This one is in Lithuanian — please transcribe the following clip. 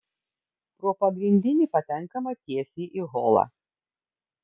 pro pagrindinį patenkama tiesiai į holą